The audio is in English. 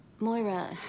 Moira